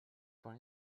for